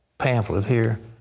pamphlet here.